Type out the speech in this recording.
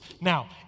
Now